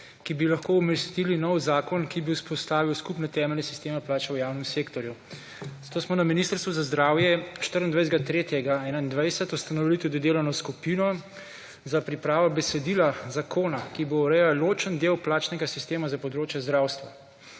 ki bi lahko umestili nov zakon, ki bi vzpostavil skupne temeljne sisteme plače v javnem sektorju. Zato smo na Ministrstvu za zdravje 24. 3. 2021 ustanovili tudi delovno skupino za pripravo besedila zakona, ki bo urejal ločen del plačnega sistema za področje zdravstva